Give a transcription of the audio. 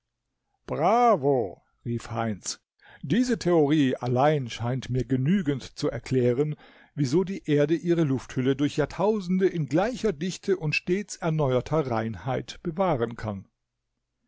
bravo rief heinz diese theorie allein scheint mir genügend zu erklären wieso die erde ihre lufthülle durch die jahrtausende in gleicher dichte und stets erneuerter reinheit bewahren kann